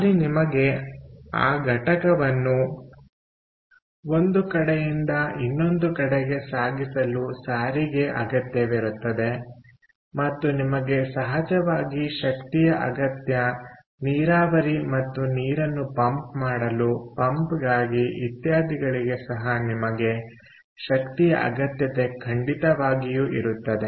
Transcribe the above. ಅಲ್ಲಿ ನಿಮಗೆ ಆ ಘಟಕವನ್ನು ಒಂದು ಕಡೆಯಿಂದ ಇನ್ನೊಂದು ಕಡೆಗೆ ಸಾಗಿಸಲು ಸಾರಿಗೆ ಅಗತ್ಯವಿರುತ್ತದೆ ಮತ್ತು ನಿಮಗೆ ಸಹಜವಾಗಿ ಶಕ್ತಿಯ ಅಗತ್ಯ ನೀರಾವರಿ ಮತ್ತು ನೀರನ್ನು ಪಂಪ್ ಮಾಡಲು ಪಂಪ್ಗಾಗಿ ಇತ್ಯಾದಿಗಳಿಗೆ ಸಹ ನಿಮಗೆ ಶಕ್ತಿಯ ಅಗತ್ಯತೆ ಖಂಡಿತವಾಗಿಯೂ ಇರುತ್ತದೆ